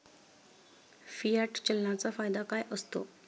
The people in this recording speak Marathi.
फियाट चलनाचा फायदा काय असतो?